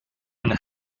eine